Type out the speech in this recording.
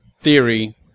theory